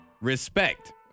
Respect